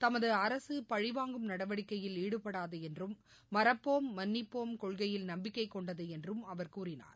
தமதுஅரசுபழிவாங்கும் நடவடிக்கையில் ஈடுபடாதுஎன்றும் மறப்போம் மன்னிப்போம் கொள்கையில் நம்பிக்கைக் கொண்டதுஎன்றும் அவர் கூறினார்